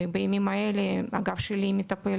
ובימים האלה האגף שלי מטפל